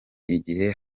igihe